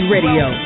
Radio